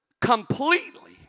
completely